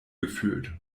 gefühlt